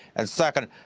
and second,